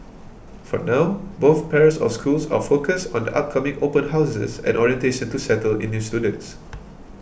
for now both pairs of schools are focused on the upcoming open houses and orientation to settle in new students